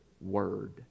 word